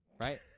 Right